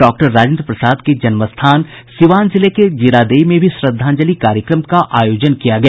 doctor Rajendra Prasad के जन्म स्थान सिवान जिले के जीरादेई में भी श्रद्धांजलि कार्यक्रम का आयोजन किया गया